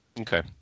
Okay